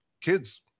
kids